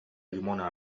llimona